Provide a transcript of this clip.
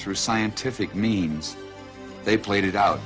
through scientific means they played it out